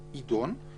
- יידון,